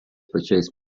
pačiais